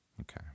Okay